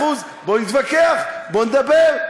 מאה אחוז, בואו נתווכח, בואו נדבר.